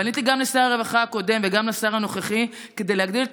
פניתי גם לשר הרווחה הקודם וגם לשר הנוכחי כדי להגדיל את